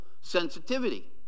sensitivity